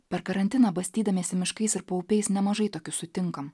per karantiną bastydamiesi miškais ir paupiais nemažai tokių sutinkam